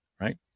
Right